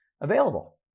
available